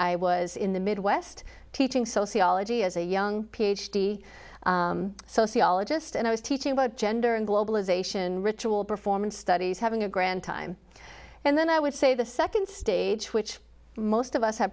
i was in the midwest teaching sociology as a young ph d sociologist and i was teaching about gender and globalisation ritual performance studies having a grand time and then i would say the second stage which most of us have